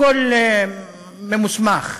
הכול ממוסמך.